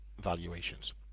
valuations